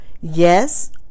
Yes